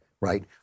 right